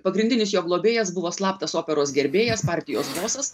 pagrindinis jo globėjas buvo slaptas operos gerbėjas partijos bosas